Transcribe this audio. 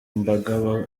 mbaga